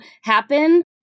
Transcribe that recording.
happen